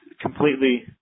completely